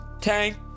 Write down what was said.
Tank